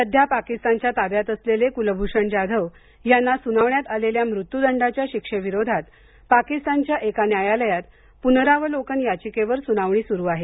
सध्या पाकिस्तानच्या ताब्यात असलेले कुलभूषण जाधव यांना सुनावण्यात आलेल्या मृत्यूदंडाच्या शिक्षेविरोधात पाकिस्तानच्या एका न्यायालयात पुनरावलोकन याचिकेवर सुनावणी सुरू आहे